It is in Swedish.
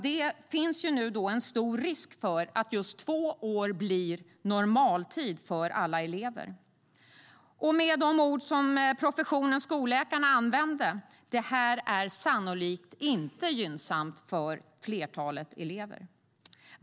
Det finns därför en stor risk för att just två år blir normaltid för alla elever. Professionen och skolläkarna använde orden att detta sannolikt inte är gynnsamt för flertalet elever.